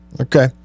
Okay